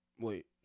Wait